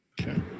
Okay